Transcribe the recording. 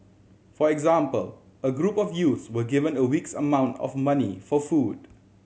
for example a group of youths were given a week's amount of money for food